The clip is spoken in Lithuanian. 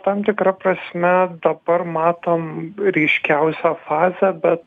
tam tikra prasme dabar matom ryškiausią fazę bet